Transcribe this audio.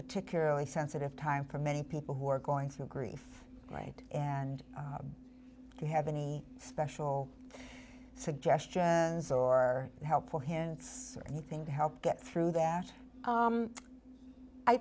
particularly sensitive time for many people who are going through grief right and if you have any special suggestions or helpful hints or anything to help get through that